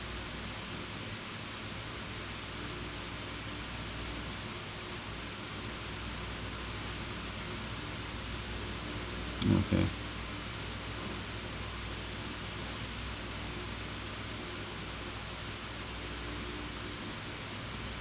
okay